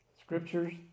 Scripture's